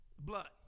Blood